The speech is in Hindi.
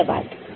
धन्यवाद